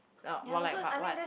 uh or like but what